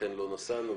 לא נסענו.